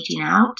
out